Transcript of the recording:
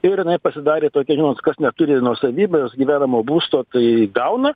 ir jinai pasidarė tokia žinot kas neturi nuosavybės gyvenamo būsto tai gauna